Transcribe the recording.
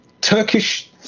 turkish